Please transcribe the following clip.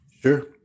Sure